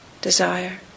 desire